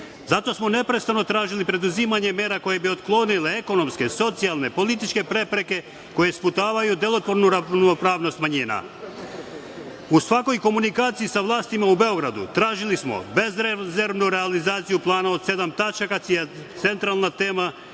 Zato smo neprestano tražili preduzimanje mera koje bi otklonile ekonomske, socijalne, političke prepreke koje sputavaju delotvornu ravnopravnost manjina.U svakoj komunikaciji sa vlastima u Beogradu tražili smo bezrezervnu realizaciju plana od sedam tačaka, čija je centralna tema